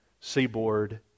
seaboard